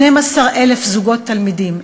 12,000 זוגות תלמידים,